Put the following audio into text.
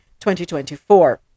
2024